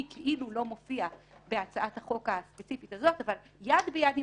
כאילו לא מופיע בהצעת החוק הספציפית הזאת אבל יד ביד עם